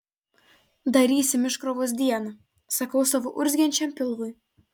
darysim iškrovos dieną sakau savo urzgiančiam pilvui